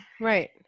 right